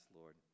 Lord